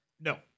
No